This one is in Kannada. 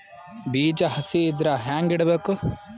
ಬೀಜ ಹಸಿ ಇದ್ರ ಹ್ಯಾಂಗ್ ಇಡಬೇಕು?